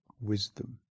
wisdom